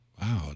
wow